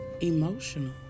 emotional